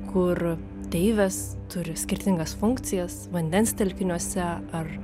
kur deivės turi skirtingas funkcijas vandens telkiniuose ar